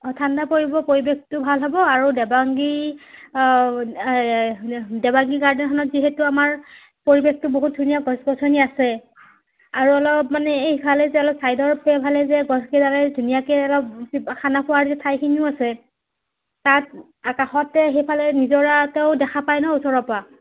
অঁ ঠাণ্ডা পৰিব পৰিৱেশটো ভাল হ'ব আৰু দেবাংগী দেবাংগী গাৰ্ডেনখনত যিহেতু আমাৰ পৰিৱেশটো বহুত ধুনীয়া গছ গছনি আছে আৰু অলপ মানে এইফালে যে অলপ চাইদৰ ফালে যে গছ কেইডালে ধুনীয়াকৈ অলপ খানা খোৱাৰ যে ঠাইখিনিও আছে তাত আকশতে সেইফালে নিজৰা এটাও দেখা পায় ওচৰৰ পৰা